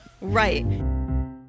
Right